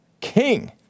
king